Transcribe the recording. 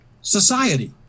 society